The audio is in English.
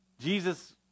Jesus